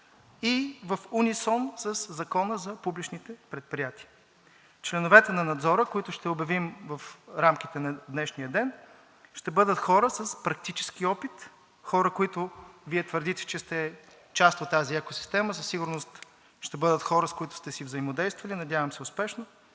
и в унисон със Закона за публичните предприятия. Членовете на Надзора, които ще обявим в рамките на днешния ден, ще бъдат хора с практически опит, хора, които – Вие твърдите, че сте част от тази екосистема – със сигурност ще бъдат хора, с които сте си взаимодействали, надявам се успешно,